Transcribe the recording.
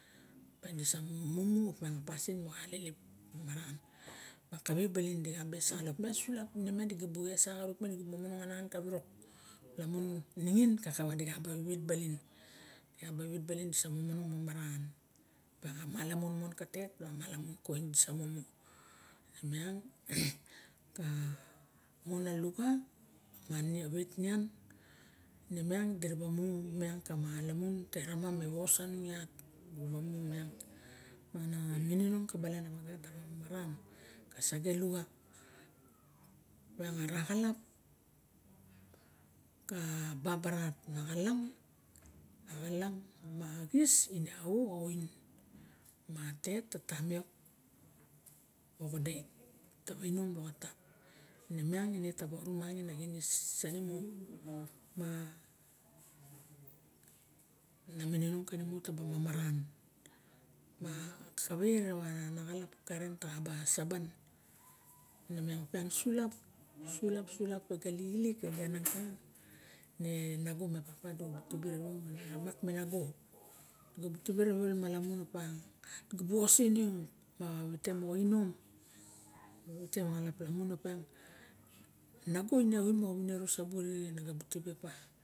Madi sa mumu op miang, pasin moxa lelep mamaran, ma kavae balin di xa be sak opa sulap di ga bu esak orup, mi ga bu momonong anan ka virok lamun ningin kakava di ga ba ravet balin, ai ga ba vet balin, sa momonong mamaran, miang a malamun mon ka tet, la malamun. Ka oin sa mumu, miang kamun a luxa ma vet nian, ine miang di ra ba mu miang ka malamun te ramam me vos anung iat mana minong ka balana vaga taba mamaran xa sa ga luxa miang ara xalap ka babarat ma axalap, xalap ma axis ine xo xa oin, ma tet e tamiok ma odiet ta ba nainom loxotap, ine miang ine ta ba ru mangin axiris animu ma na mininong kanimu ta ba mamaran, ma kavae ra xalap karen ta xa ba saban, ine miang op ma sulap, sulap, sulap na ga lixilik e ganan kane nago me papa di bu tibe ra veo me, ramak me nago di bu osen io ma vite moxa inom, vite mo axalap anung op miang, nago ine oin moxa viniro sabu arixen, na ga bu tibe op ma.